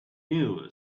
new